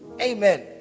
amen